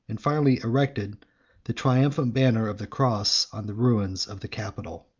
and finally erected the triumphant banner of the cross on the ruins of the capitol.